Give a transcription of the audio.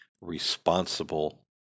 responsible